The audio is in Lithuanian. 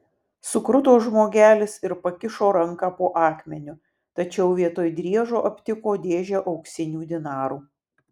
sukruto žmogelis ir pakišo ranką po akmeniu tačiau vietoj driežo aptiko dėžę auksinių dinarų